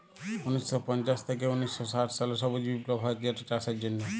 উনিশ শ পঞ্চাশ থ্যাইকে উনিশ শ ষাট সালে সবুজ বিপ্লব হ্যয় যেটচাষের জ্যনহে